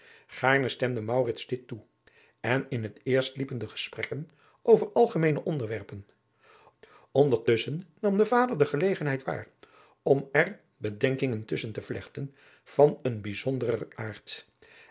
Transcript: gaarne stemde maurits dit toe en in het eerst liepen de gesprekken over algemeene onderwerpen ondertusschen nam de vader de gelegenheid waar om er bedenkingen tusschen te vlechten van een bijzonderer aard